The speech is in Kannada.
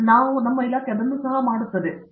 ಆದ್ದರಿಂದ ನಾವು ಅದನ್ನು ಕೂಡ ಮಾಡುತ್ತೇವೆ